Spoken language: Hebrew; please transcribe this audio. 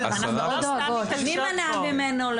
"הצו יעמוד בתוקפו עד עשרה ימים".